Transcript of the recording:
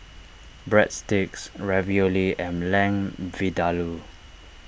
Breadsticks Ravioli and Lamb Vindaloo